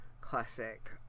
Classic